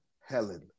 Helen